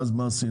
ואז מה עשינו?